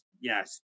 Yes